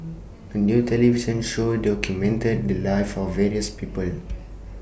A New television Show documented The Lives of various People